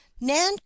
nan